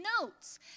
notes